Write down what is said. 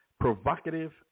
provocative